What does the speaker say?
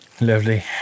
lovely